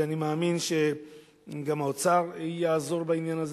ואני מאמין שגם האוצר יעזור בעניין הזה